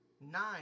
nine